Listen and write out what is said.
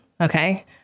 Okay